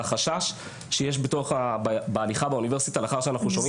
החשש שיש בהליכה באוניברסיטה לאחר שאנחנו שומעים